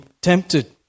tempted